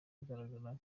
agaragara